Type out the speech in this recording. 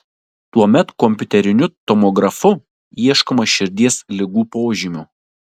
tuomet kompiuteriniu tomografu ieškoma širdies ligų požymių